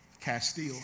Castile